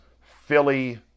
Philly